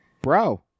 Bro